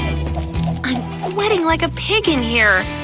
i'm sweating like a pig in here!